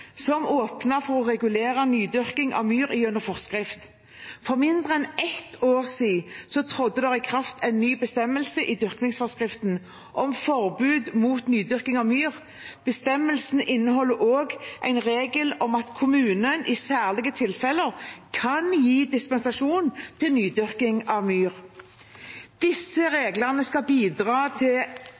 som åpnet for å regulere nydyrking av myr gjennom forskrift. For mindre enn ett år siden trådte det i kraft en ny bestemmelse i nydyrkingsforskriften om forbud mot nydyrking av myr. Bestemmelsen inneholder også en regel om at kommunen i særlige tilfeller kan gi dispensasjon til nydyrking av myr. Disse reglene skal bidra til